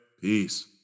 Peace